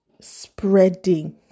spreading